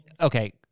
okay